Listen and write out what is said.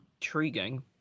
intriguing